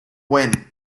win